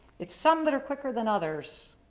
it's some that are quicker than others.